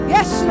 Yes